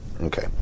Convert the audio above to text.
Okay